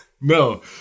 No